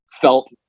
felt